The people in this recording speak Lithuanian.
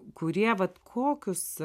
kurie vat kokius